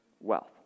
wealth